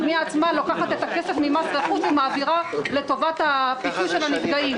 הפנייה עצמה לוקחת את הכסף ממס רכוש ומעבירה לטובת הפיצוי של הנפגעים.